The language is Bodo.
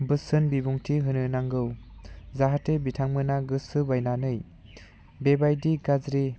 बोसोन बिबुंथि होनो नांगौ जाहाथे बिथांमोना गोसो बायनानै बेबायदि गाज्रि